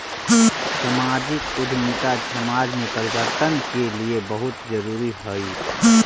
सामाजिक उद्यमिता समाज में परिवर्तन के लिए बहुत जरूरी हई